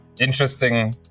interesting